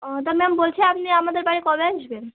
ও তা ম্যাম বলছি আপনি আমাদের বাড়ি কবে আসবেন